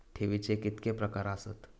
ठेवीचे कितके प्रकार आसत?